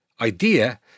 Idea